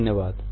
धन्यवाद